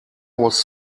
was